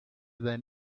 than